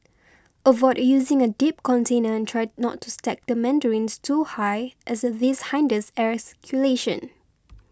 avoid using a deep container and try not to stack the mandarins too high as this hinders air circulation